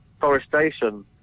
forestation